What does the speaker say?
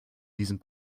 diesen